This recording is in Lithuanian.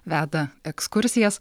veda ekskursijas